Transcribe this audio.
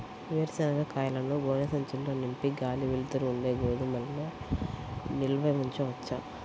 వేరుశనగ కాయలను గోనె సంచుల్లో నింపి గాలి, వెలుతురు ఉండే గోదాముల్లో నిల్వ ఉంచవచ్చా?